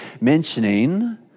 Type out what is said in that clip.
mentioning